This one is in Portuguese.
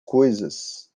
coisas